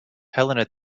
helena